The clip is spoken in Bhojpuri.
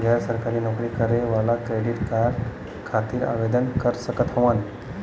गैर सरकारी नौकरी करें वाला क्रेडिट कार्ड खातिर आवेदन कर सकत हवन?